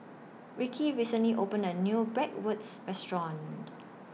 Rickie recently opened A New Bratwurst Restaurant